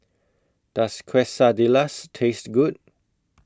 Does Quesadillas Taste Good